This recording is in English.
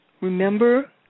Remember